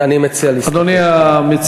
אני מציע להסתפק.